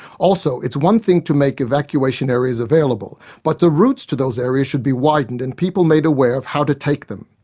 also, it's one thing to make evacuation areas available, but the routes to those areas should be widened and people made aware of how to take them.